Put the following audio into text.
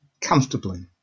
comfortably